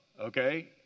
okay